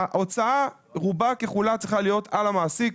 ההוצאה רובה ככולה צריכה להיות על המעסיק,